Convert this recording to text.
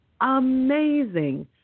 amazing